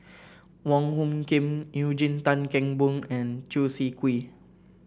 Wong Hung Khim Eugene Tan Kheng Boon and Chew Swee Kee